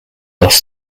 lost